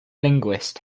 linguist